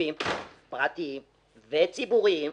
גופים פרטיים וציבוריים,